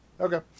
okay